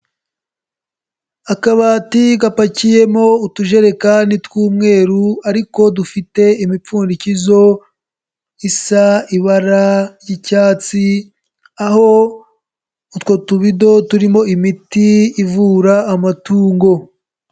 Akabati gapakiyemo utujerekani tw'umweru ariko dufite imipfundikizo isa ibara ry'icyatsi, aho utwo tubido turimo imiti ivura amatungo.